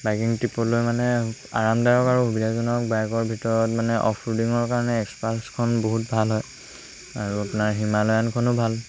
biking ট্ৰিপলৈ মানে আৰামদায়ক আৰু সুবিধাজনক বাইকৰ ভিতৰত মানে অফ ৰ'ডিঙৰ কাৰণে এক্সপালছখন বহুত ভাল হয় আৰু আপোনাৰ হিমালয়ানখনো ভাল